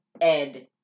Ed